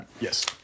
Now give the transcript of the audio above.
Yes